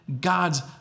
God's